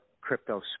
crypto